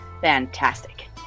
fantastic